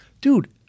dude